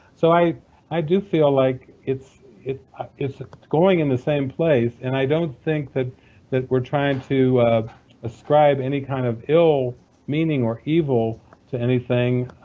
so i i do feel like it's it's ah going in the same place, and i don't think that that we're trying to ascribe any kind of ill meaning or evil to anything,